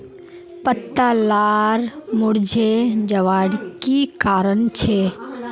पत्ता लार मुरझे जवार की कारण छे?